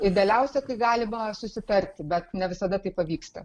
idealiausia kai galima susitarti bet ne visada tai pavyksta